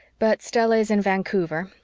but stella is in vancouver,